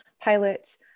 pilots